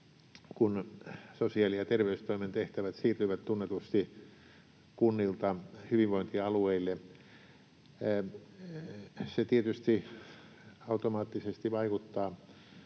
kun sosiaali- ja terveystoimen tehtävät tunnetusti siirtyvät kunnilta hyvinvointi-alueille. Se tietysti automaattisesti vaikuttaa